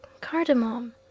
cardamom